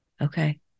Okay